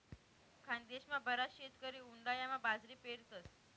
खानदेशमा बराच शेतकरी उंडायामा बाजरी पेरतस